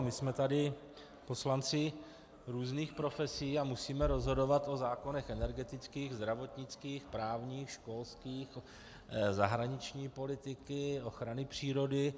My jsme tady poslanci různých profesí a musíme rozhodovat o zákonech energetických, zdravotnických, právních, školských, zahraniční politiky, ochrany přírody.